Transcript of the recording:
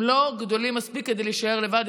הם לא גדולים מספיק להישאר לבד.